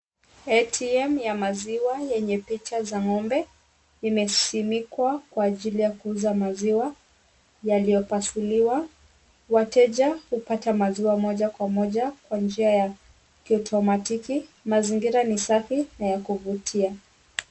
Atm ya maziwa yenye picha za ng'ombe imesimikwa kwa ajili ya kuuza maziwa yaliyopasuliwa, wateja hupata maziwa moja kwa moja kwa njia ya kiutomatiki . Mazingira ni safi na ya kuvutia.